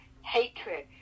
hatred